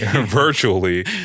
virtually